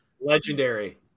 legendary